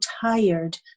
tired